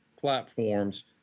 platforms